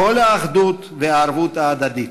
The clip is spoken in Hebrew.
קול האחדות והערבות הדדית.